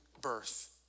birth